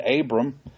Abram